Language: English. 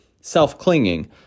self-clinging